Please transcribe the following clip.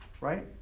right